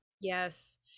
Yes